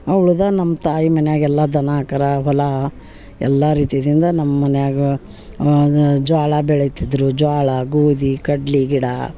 ಅವ್ಗಳ್ದ ನಮ್ಮ ತಾಯಿ ಮನ್ಯಾಗ ಎಲ್ಲ ದನ ಕರ ಹೊಲ ಎಲ್ಲ ರೀತಿದಿಂದ ನಮ್ಮ ಮನ್ಯಾಗ ಅದು ಜ್ವಾಳ ಬೆಳೆತಿದ್ದರು ಜ್ವಾಳ ಗೋದಿ ಕಡ್ಲಿ ಗಿಡ